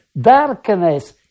Darkness